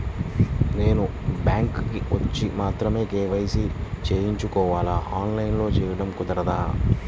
నేను బ్యాంక్ వచ్చి మాత్రమే కే.వై.సి చేయించుకోవాలా? ఆన్లైన్లో చేయటం కుదరదా?